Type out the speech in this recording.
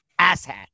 asshat